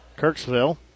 Kirksville